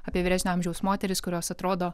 apie vyresnio amžiaus moteris kurios atrodo